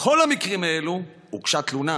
בכל המקרים האלה הוגשה תלונה,